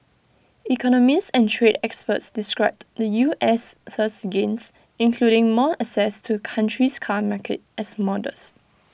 economists and trade experts described the U S's gains including more access to the country's car market as modest